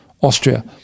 austria